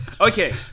Okay